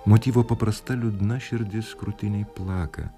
motyvo paprasta liūdna širdis krūtinėj plaka